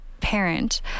parent